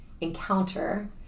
encounter